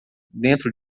dentro